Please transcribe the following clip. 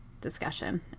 discussion